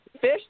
fish